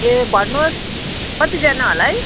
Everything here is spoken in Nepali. ए भन्नुहोस कतिजना होला है